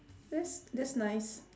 that's that's nice